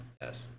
Yes